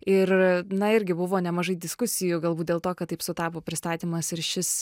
ir na irgi buvo nemažai diskusijų galbūt dėl to kad taip sutapo pristatymas ir šis